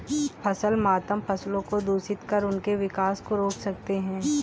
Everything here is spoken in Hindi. फसल मातम फसलों को दूषित कर उनके विकास को रोक सकते हैं